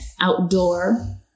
outdoor